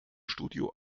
studio